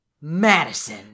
madison